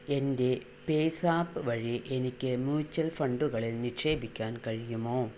എൻ്റെ പേയ്സാപ്പ് വഴി എനിക്ക് മ്യൂച്വൽ ഫണ്ടുകളിൽ നിക്ഷേപിക്കാൻ കഴിയുമോ